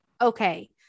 okay